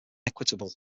equitable